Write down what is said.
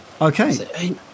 Okay